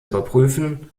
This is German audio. überprüfen